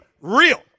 real